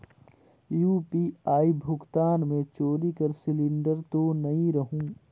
UPI भुगतान मे चोरी कर सिलिंडर तो नइ रहु?